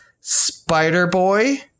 Spider-Boy